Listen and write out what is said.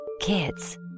Kids